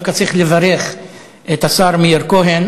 דווקא צריך לברך את השר מאיר כהן,